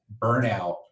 burnout